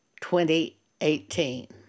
2018